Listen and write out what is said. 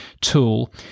tool